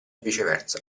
viceversa